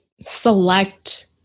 select